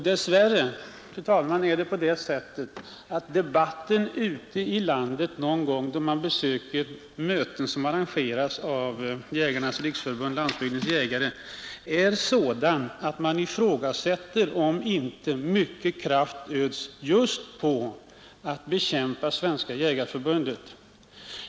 Dess värre, fru talman, är det på det sättet att debatten ute i landet då man besöker möten som arrangeras av Jägarnas riksförbund-Landsbygdens jägare är sådan att man ifrågasätter om inte mycket kraft ödslas just på att bekämpa Svenska jägarförbundet.